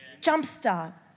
Jumpstart